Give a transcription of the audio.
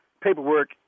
paperwork